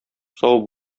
сау